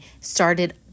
started